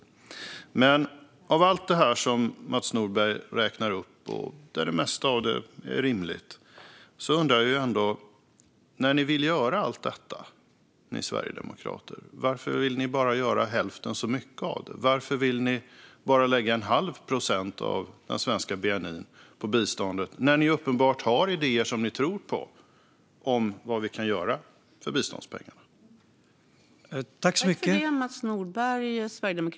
Med tanke på allt det som du räknar upp att ni vill göra, Mats Nordberg, där det mesta är rimligt, undrar jag varför ni vill göra hälften så mycket av allt det. Varför vill ni bara lägga en halv procent av Sveriges bni på biståndet när det är uppenbart att ni har idéer som ni tror på i fråga om vad vi kan göra för biståndspengarna?